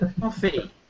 coffee